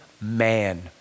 man